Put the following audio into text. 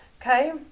Okay